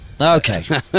Okay